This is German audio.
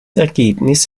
ergebnis